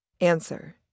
Answer